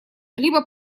либо